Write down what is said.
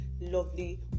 lovely